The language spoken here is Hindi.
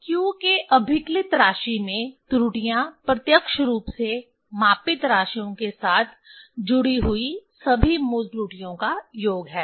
q के अभिकलित राशि में त्रुटियां प्रत्यक्ष रूप से मापित राशियों के साथ जुड़ी हुई सभी मूल त्रुटियों का योग है